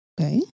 Okay